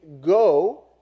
go